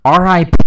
RIP